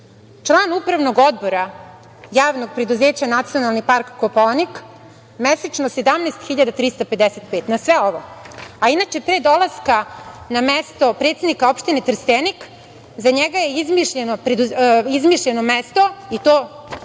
član Upravnog odbora Javnog preduzeća „Nacionalni park – Kopaonik“ mesečno 17.355 dinara, na sve ovo. Pre dolaska na mesto predsednika opštine Trstenik za njega je izmišljeno mesto i to